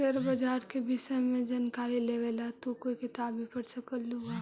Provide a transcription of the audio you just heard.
share बाजार के विष्य में जानकारी लेवे ला तू कोई किताब भी पढ़ सकलू हे